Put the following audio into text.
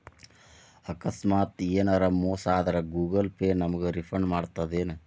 ಆಕಸ್ಮಾತ ಯೆನರ ಮೋಸ ಆದ್ರ ಗೂಗಲ ಪೇ ನಮಗ ರಿಫಂಡ್ ಮಾಡ್ತದೇನು?